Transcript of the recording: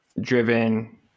driven